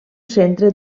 centre